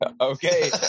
okay